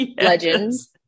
legends